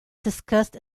discussed